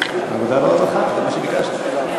העבודה והרווחה, זה מה שביקשת.